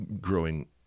growing